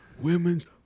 women's